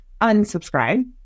unsubscribe